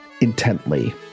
intently